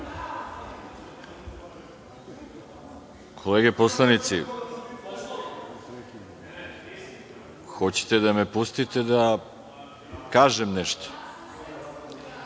poslanici, hoćete da me pustite da kažem nešto? Pre